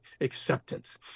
Acceptance